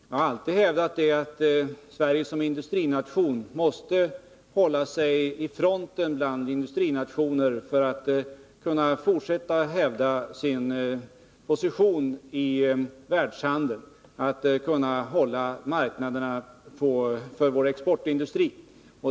Jag har alltid hävdat att Sverige som industrination måste hålla sig i fronten bland industrinationer för att kunna fortsätta att hävda sin position i världshandeln och för att bibehålla marknaderna för sin exportindustri.